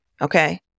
okay